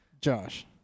Josh